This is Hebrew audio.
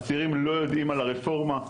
הצעירים לא יודעים על הרפורמה,